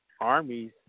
armies